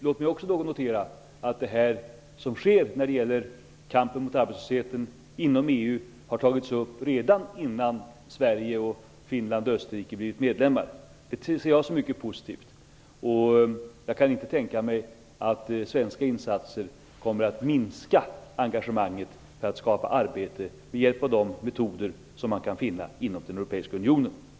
Låt mig också notera att det som sker när det gäller kampen mot arbetslösheten inom EU har igångsatts redan innan Sverige, Finland och Österrike blev medlemmar. Det tycker jag är mycket positivt. Jag kan inte tänka mig att svenska insatser kommer att minska engagemanget för att skapa arbete med hjälp av de metoder som man kan finna inom den europeiska unionen. Herr talman!